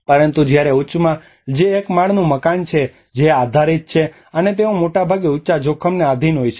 પરંતુ જ્યારે ઉચ્ચમાં જે એક માળનું મકાન છે જે આધારિત છે અને તેઓ મોટે ભાગે ઉંચા જોખમને આધિન હોય છે